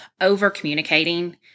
Over-communicating